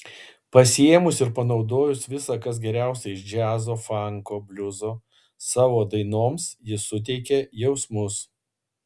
pasiėmus ir panaudojus visa kas geriausia iš džiazo fanko bliuzo savo dainoms ji suteikia jausmus